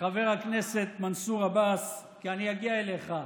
חבר הכנסת מנסור עבאס, כי אני אגיע אליך.